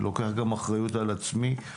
אני לוקח גם אחריות על עצמי,